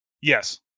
Yes